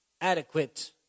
adequate